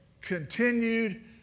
continued